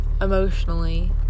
emotionally